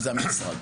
אלא למשרד.